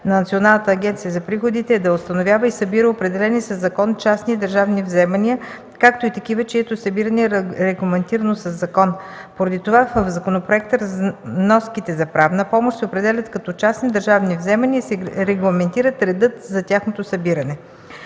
Националната агенция за приходите е да установява и събира определени със закон частни и държавни вземания, както и такива, чието събиране е регламентирано със закон. Поради това в законопроекта разноските за правна помощ се определят като частни държавни вземания и се регламентира редът за тяхното събиране.